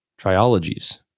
triologies